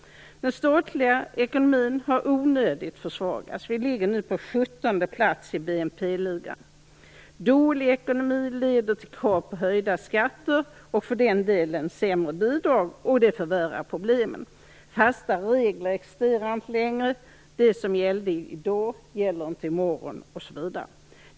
Den statliga ekonomin har onödigt försvagats. Vi ligger nu på 17:e plats i BNP-ligan. Dålig ekonomi leder till krav på höjda skatter och för den delen sämre bidrag, vilket förvärrar problemen. Fasta regler existerar inte längre. Det som gällde i går gäller inte i morgon osv.